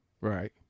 right